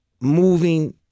moving